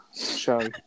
show